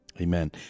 Amen